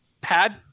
pad